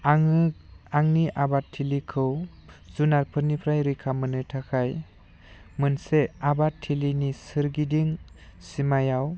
आङो आंनि आबाद थिलिखौ जुनारफोरनिफ्राय रैखा मोननो थाखाय मोनसे आबाद थिलिनि सोरगिदिं सिमायाव